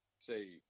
say